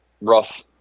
rough